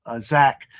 Zach